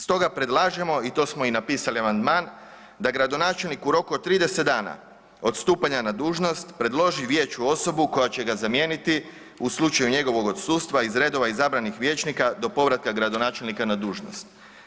Stoga predlažemo i to smo napisali amandman da gradonačelnik u roku od 30 dana od stupanja na dužnost predloži vijeću osobu koja će ga zamijeniti u slučaju njegovog odsustava iz redova izabranih vijećnika do povratka gradonačelnika na dužnost.